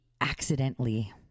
accidentally